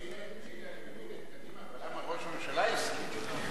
אני מבין את קדימה, אבל למה ראש הממשלה הסכים?